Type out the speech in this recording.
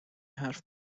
حرف